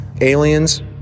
Aliens